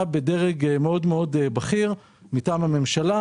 פגישה בדרג מאוד מאוד בכיר מטעם הממשלה